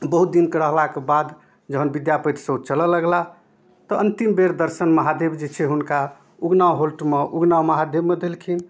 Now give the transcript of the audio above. बहुत दिनके रहलाके बाद जहन विद्यापतिसँ ओ चलऽ लगलाह तऽ अन्तिम बेर दर्शन महादेव जे छै हुनका उगना हॉल्टमे उगना महादेवमे देलखिन